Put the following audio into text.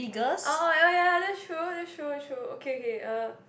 oh ya ya that's true that's true true okay okay uh